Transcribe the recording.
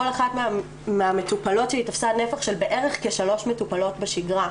כל אחת מהמטופלות שלי תפסה נפח של בערך שלוש מטופלות בשגרה.